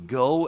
go